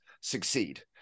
succeed